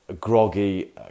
groggy